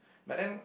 but then